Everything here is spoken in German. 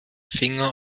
finger